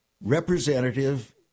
representative